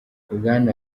bwana